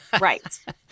Right